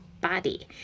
body